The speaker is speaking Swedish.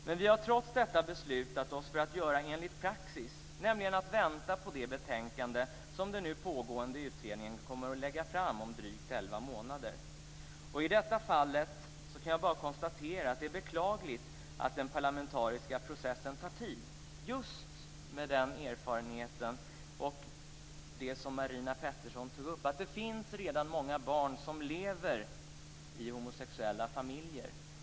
Men vi har trots detta beslutat oss för att göra enligt praxis, nämligen att vänta på det betänkande som den nu pågående utredningen kommer att lägga fram om drygt elva månader. Och i detta fall kan jag bara konstatera att det är beklagligt att den parlamentariska processen tar tid just med tanke på det som Marina Pettersson tog upp, nämligen att det redan finns många barn som lever i homosexuella familjer.